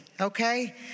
Okay